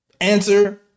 answer